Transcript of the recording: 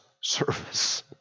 service